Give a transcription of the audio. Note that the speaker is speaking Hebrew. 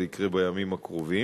אז זה יקרה בימים הקרובים.